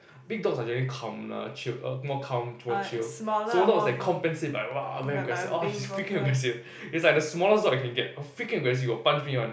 big dogs are usually calm lah chilled uh more calm more chilled small dogs they compensate by roar very aggressive ah he's freaking aggressive he's like the smallest dog I can get a freaking aggressive will punch me one